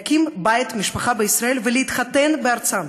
להקים בית ומשפחה בישראל ולהתחתן בארצם.